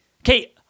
Okay